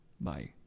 Bye